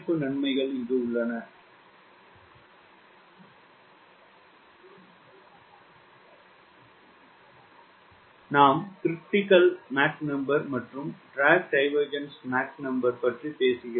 நாம் MCR மற்றும் track divergence Mach number பற்றி பேசுகிறோம்